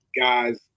guys